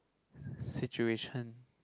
situation